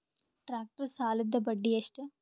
Tractor ಸಾಲದ್ದ ಬಡ್ಡಿ ಎಷ್ಟ?